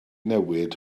newid